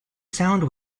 sound